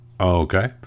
Okay